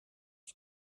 you